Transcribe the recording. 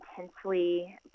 intensely